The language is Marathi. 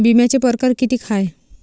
बिम्याचे परकार कितीक हाय?